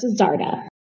Zarda